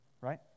right